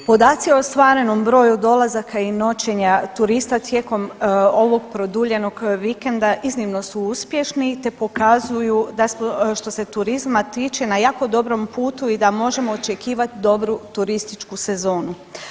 Podaci o ostvarenom broju dolazaka i noćenja turista tijekom ovog produljenog vikenda iznimno su uspješni te pokazuju da smo što se turizma tiče na jako dobrom putu i da možemo očekivat dobru turističku sezonu.